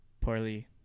poorly